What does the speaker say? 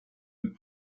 and